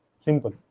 Simple